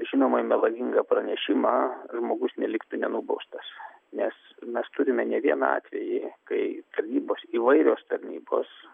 žinomai melagingą pranešimą žmogus neliktų nenubaustas nes mes turime ne vieną atvejį kai tarnybos įvairios tarnybos